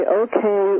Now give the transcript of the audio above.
okay